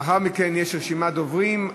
לאחר מכן יש רשימת דוברים.